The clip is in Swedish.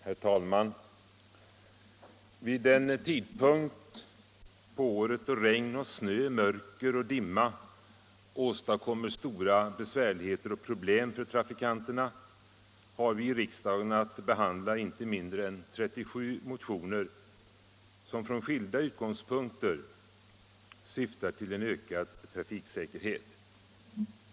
Herr talman! Vid en tidpunkt på året då regn och snö, mörker och dimma medför stora besvärligheter och problem för trafikanterna har vi här i riksdagen att behandla inte mindre än 37 motioner, som från skilda utgångspunkter syftar till en ökad trafiksäkerhet.